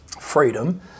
Freedom